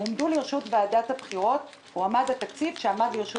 הועמד לרשות ועדת הבחירות התקציב שעמד לרשות